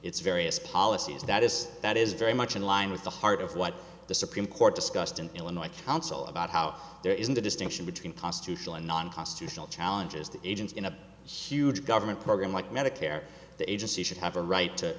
its various policies that is that is very much in line with the heart of what the supreme court discussed in illinois council about how there isn't a distinction between constitutional and non constitutional challenges to agents in a huge government program like medicare the agency should have a right to